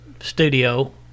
studio